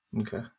okay